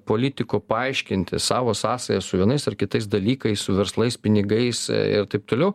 politikų paaiškinti savo sąsajas su vienais ar kitais dalykais su verslais pinigais ir taip toliau